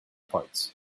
parts